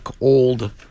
old